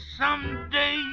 someday